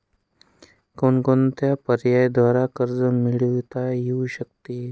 कोणकोणत्या पर्यायांद्वारे कर्ज मिळविता येऊ शकते?